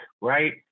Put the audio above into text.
right